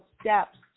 steps